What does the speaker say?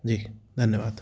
जी धन्यवाद